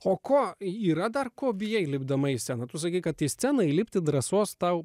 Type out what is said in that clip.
o ko yra dar ko bijai lipdama į sceną tu sakei kad į sceną įlipti drąsos tau